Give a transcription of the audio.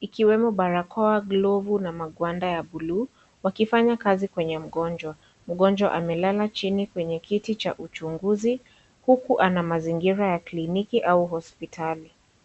ikiwemo balakoa, glove na mawanda ya blue ,wakifanya kazi kwenye mgonjwa .Mgonjwa amelala chini kwenye kiti cha uchunguzi, huku ana mazingira kliniki au hospitali.